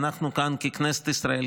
ואנחנו כאן ככנסת ישראל,